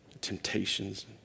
temptations